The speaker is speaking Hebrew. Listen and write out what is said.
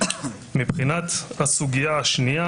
מבחינת הסוגיה השנייה,